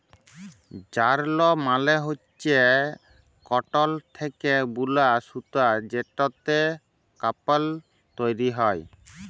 যারল মালে হচ্যে কটল থ্যাকে বুলা সুতা যেটতে কাপল তৈরি হ্যয়